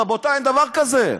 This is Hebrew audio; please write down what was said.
רבותי, אין דבר כזה.